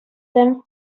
then